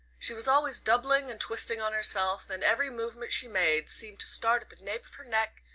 she was always doubling and twisting on herself, and every movement she made seemed to start at the nape of her neck,